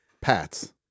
Pats